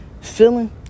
Feeling